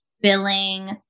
billing